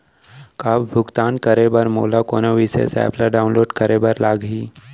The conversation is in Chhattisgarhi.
का भुगतान करे बर मोला कोनो विशेष एप ला डाऊनलोड करे बर लागही